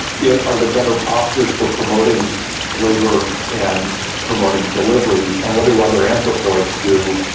yeah are there better postures for promoting labour and promoting delivery, and what do other anthropoids do?